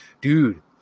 Dude